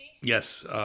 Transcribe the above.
Yes